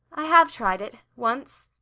i have tried it once.